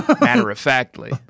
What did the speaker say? matter-of-factly